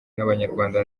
n’abanyarwanda